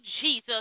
Jesus